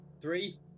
Three